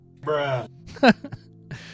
Bruh